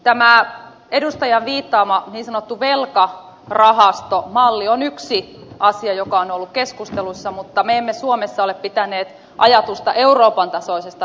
tämä edustajan viittaama niin sanottu velkarahastomalli on yksi asia joka on ollut keskustelussa mutta me emme suomessa ole pitäneet ajatusta euroopan tasoisesta